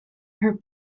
her